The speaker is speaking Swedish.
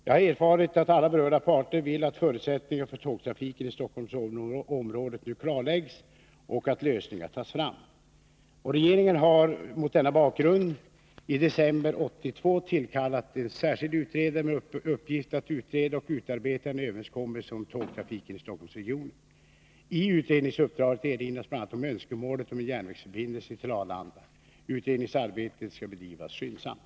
Jag har erfarit att alla berörda parter vill att förutsättningarna för tågtrafiken i Stockholmsområdet nu klarläggs och att lösningar tas fram. Regeringen har mot denna bakgrund i december 1982 tillkallat en särskild utredare med uppgift att utreda och utarbeta en överenskommelse om tågtrafiken i Stockholmsregionen. I utredningsuppdraget erinras bl.a. om önskemålet om en järnvägsförbindelse till Arlanda. Utredningsarbetet skall bedrivas skyndsamt.